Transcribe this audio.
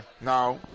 no